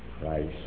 Christ